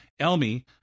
Elmi